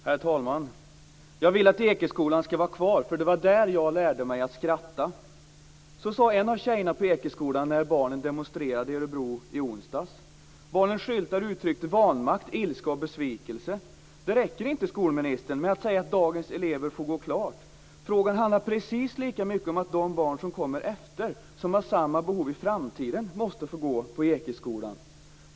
Herr talman! Jag vill att Ekeskolan ska vara kvar, för det var där som jag lärde mig att skratta. Så sade en av tjejerna på Ekeskolan när barnen demonstrerade i Örebro i onsdags. Barnens skyltar uttryckte vanmakt, ilska och besvikelse. Det räcker inte, skolministern, att säga att dagens elever får gå klart. Frågan handlar precis lika mycket om att de barn som kommer efter och som har samma behov i framtiden måste få gå på Ekeskolan.